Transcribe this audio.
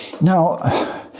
Now